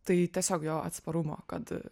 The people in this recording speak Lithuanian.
tai tiesiog jo atsparumo kad